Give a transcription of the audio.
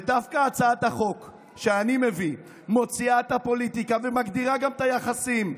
ודווקא הצעת החוק שאני מביא מוציאה את הפוליטיקה ומגדירה גם את היחסים.